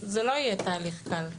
זה לא יהיה תהליך קל.